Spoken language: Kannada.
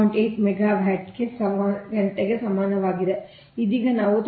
8 ಮೆಗಾವ್ಯಾಟ್ ಗಂಟೆಗೆ ಸಮಾನವಾಗಿದೆ ಇದೀಗ ನಾವು 37